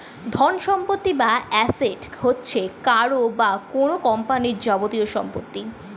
ধনসম্পত্তি বা অ্যাসেট হচ্ছে কারও বা কোন কোম্পানির যাবতীয় সম্পত্তি